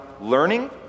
learning